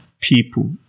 people